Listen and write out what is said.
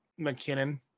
McKinnon